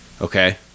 okay